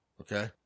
okay